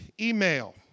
email